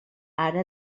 ara